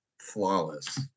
flawless